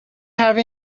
have